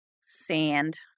sand